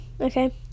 okay